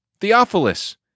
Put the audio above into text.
Theophilus